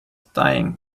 dying